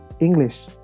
English